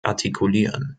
artikulieren